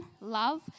love